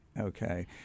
okay